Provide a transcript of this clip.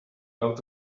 out